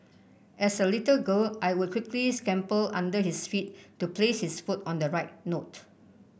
as a little girl I would quickly scamper under his feet to place his foot on the right note